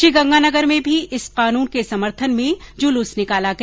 श्रीगंगानगर में भी इस कानून के समर्थन में जुलूस निकाला गया